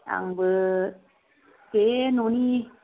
आंबो बे ननि